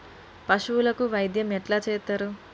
పశువులకు వైద్యం ఎట్లా చేత్తరు?